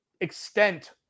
extent